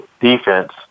defense